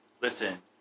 listen